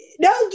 No